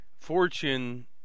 fortune